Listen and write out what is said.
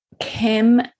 Kim